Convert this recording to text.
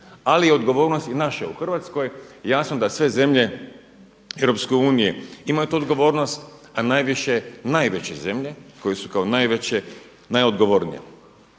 ali i odgovornost je naša u Hrvatskoj i jasno da sve zemlje EU imaju tu odgovornost, a najviše najveće zemlje koje u kao najveće, najodgovornije.